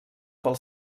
pel